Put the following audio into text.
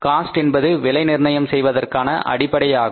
cost என்பது விலை நிர்ணயம் செய்வதற்கான அடிப்படை ஆகும்